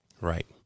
Right